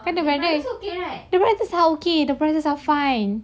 then the brother the brothers are okay the brothers are fine